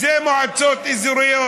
זה, מועצות אזוריות.